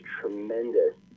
tremendous